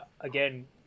again